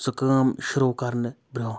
سُہ کٲم شروٗع کَرنہٕ برونٛہہ